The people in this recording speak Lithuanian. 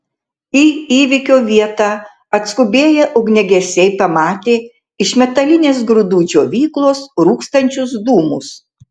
į įvykio vietą atskubėję ugniagesiai pamatė iš metalinės grūdų džiovyklos rūkstančius dūmus